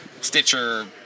Stitcher